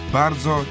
bardzo